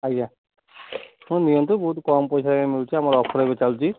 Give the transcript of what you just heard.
ଆଜ୍ଞା ହଁ ନିଅନ୍ତୁ ବହୁତ କମ୍ ପଇସାରେ ମିଳୁଛି ଆମର ଅଫର୍ ଏବେ ଚାଲିଛି